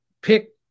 Pick